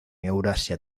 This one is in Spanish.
eurasia